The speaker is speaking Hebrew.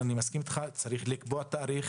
אני מסכים שמצד אחד צריך לקבוע תאריך